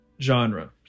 genre